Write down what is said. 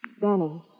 Danny